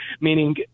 meaning